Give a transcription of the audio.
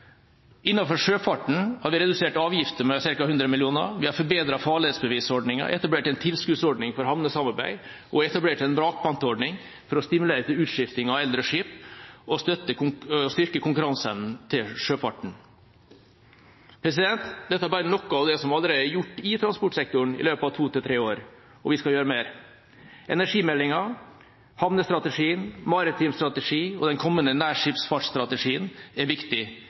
Innenfor sjøfarten har vi redusert avgiftene med ca. 100 mill. kr, vi har forbedret farledsbevisordningen, etablert en tilskuddsordning for havnesamarbeid og etablert en vrakpantordning for å stimulere til utskiftning av eldre skip og styrke konkurranseevnen til sjøfarten. Dette er bare noe av det som allerede er gjort i transportsektoren i løpet av to–tre år, og vi skal gjøre mer. Energimeldinga, havnestrategien, maritimstrategien og den kommende nærskipsfartstrategien er viktig.